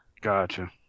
Gotcha